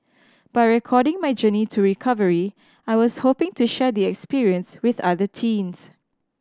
by recording my journey to recovery I was hoping to share the experience with other teens